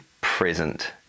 present